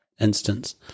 instance